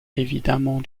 évidemment